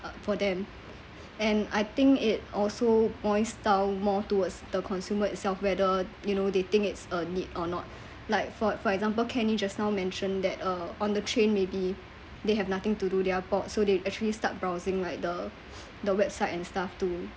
for them and I think it also boils down more towards the consumer itself whether you know they think it's a need or not like for for example kenny just now mentioned that uh on the train maybe they have nothing to do they are bored so they actually start browsing like the the website and stuff to